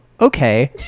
okay